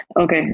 Okay